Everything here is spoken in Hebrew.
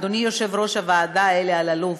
אדוני יושב-ראש הוועדה אלי אלאלוף,